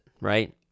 right